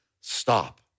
stop